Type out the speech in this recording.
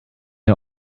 are